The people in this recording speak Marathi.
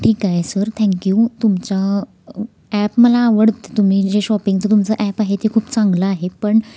ठीक आहे सर थँक्यू तुमच्या ॲप मला आवडते तुम्ही जे शॉपिंगचं तुमचं ॲप आहे ते खूप चांगलं आहे पण